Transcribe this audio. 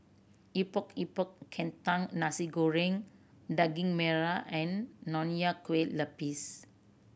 Epok Epok Kentang Nasi Goreng Daging Merah and Nonya Kueh Lapis